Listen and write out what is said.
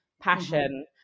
Passion